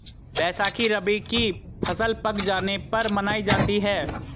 बैसाखी रबी की फ़सल पक जाने पर मनायी जाती है